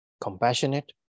compassionate